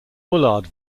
bullard